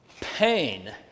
pain